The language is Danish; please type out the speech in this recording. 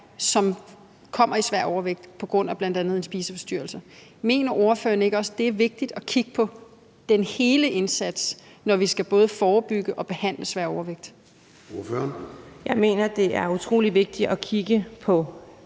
som får svær overvægt på grund af bl.a. en spiseforstyrrelse. Mener ordføreren ikke også, at det er vigtigt at kigge på hele indsatsen, når vi både skal forebygge og behandle svær overvægt? Kl. 10:32 Formanden (Søren Gade):